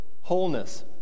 wholeness